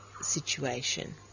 situation